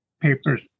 papers